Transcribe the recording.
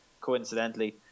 coincidentally